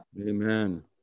Amen